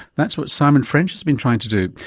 that's what simon french has been trying to do.